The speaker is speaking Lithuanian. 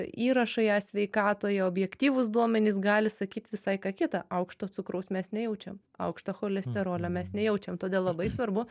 įrašai e sveikatoje objektyvūs duomenys gali sakyt visai ką kitą aukšto cukraus mes nejaučiam aukšto cholesterolio mes nejaučiam todėl labai svarbu